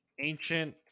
ancient